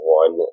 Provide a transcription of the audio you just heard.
one